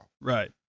Right